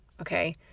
okay